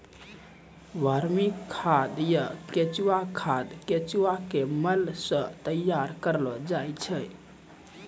वर्मी खाद या केंचुआ खाद केंचुआ के मल सॅ तैयार करलो जाय छै